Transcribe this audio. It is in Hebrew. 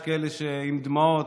יש כאלה שעם דמעות,